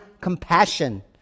compassion